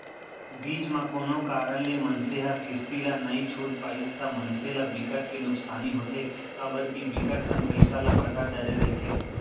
बीच म कोनो कारन ले मनसे ह किस्ती ला नइ छूट पाइस ता मनसे ल बिकट के नुकसानी होथे काबर के बिकट कन पइसा ल पटा डरे रहिथे